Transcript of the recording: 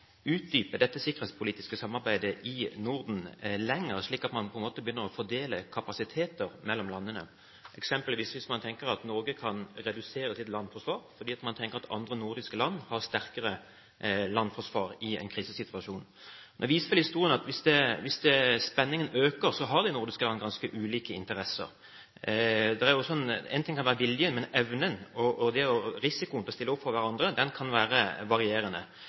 dette sikkerhetspolitiske samarbeidet i Norden, slik at man begynner å fordele kapasiteter mellom landene, hvis man eksempelvis tenker at Norge kan redusere sitt landforsvar fordi man tenker at andre nordiske land har sterkere landforsvar i en krisesituasjon – nå viser vel historien at hvis spenningen øker, så har de nordiske land ganske ulike interesser, og én ting kan være viljen, men evnen og risikoen ved å stille opp for hverandre kan være varierende